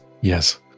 yes